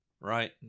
right